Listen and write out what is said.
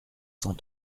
cent